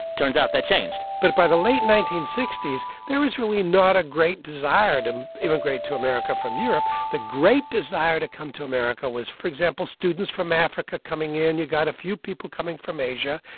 turns out, that changed but by the late nineteen sixty s, there was really not a great desire to immigrate to america from europe. the great desire to come to america was, for example, students from africa coming in. you got a few people coming from asia.